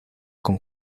con